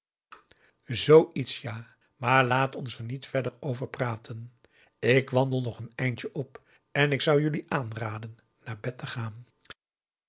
zoo iets ja maar laat ons er niet verder over praten ik wandel nog een eindje op en ik zou jullie aanraden naar bed te gaan